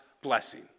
blessing